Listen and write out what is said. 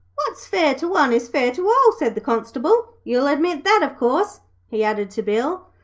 what's fair to one is fair to all said the constable. you'll admit that, of course he added to bill.